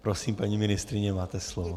Prosím, paní ministryně, máte slovo.